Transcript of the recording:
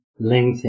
LinkedIn